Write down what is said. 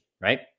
right